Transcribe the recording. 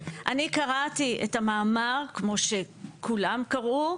אני קראתי את המאמר כמו שכולם קראו,